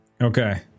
Okay